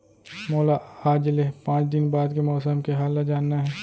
मोला आज ले पाँच दिन बाद के मौसम के हाल ल जानना हे?